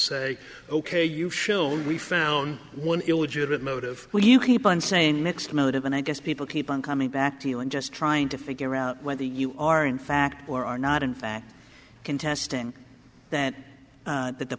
say ok you shown we found one illegitimate motive well you keep on saying mixed motive and i guess people keep on coming back to you and just trying to figure out whether you are in fact or are not in fact contesting that that the